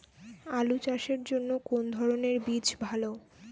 আলু চাষের জন্য কোন ধরণের বীজ ভালো?